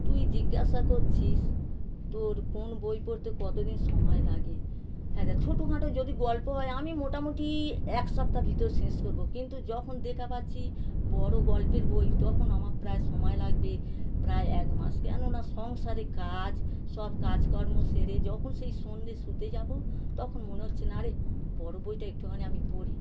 তুই জিজ্ঞাসা করছিস তোর কোন বই পড়তে কত দিন সময় লাগে ছোটোখাটো যদি গল্প হয় আমি মোটামুটি এক সপ্তাহ ভিতর শেষ করব কিন্তু যখন দেখা পাচ্ছি বড় গল্পের বই তখন আমার প্রায় সময় লাগবে প্রায় এক মাস কেন না সংসারে কাজ সব কাজকর্ম সেরে যখন সেই সন্ধ্যেয় শুতে যাব তখন মনে হচ্ছে না রে বড় বইটা একটুখানি আমি পড়ি